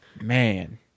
man